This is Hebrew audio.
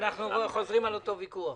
אנחנו חוזרים על אותו ויכוח.